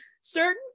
certain